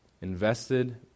invested